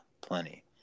plenty